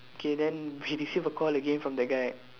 K then we receive a call again from that guy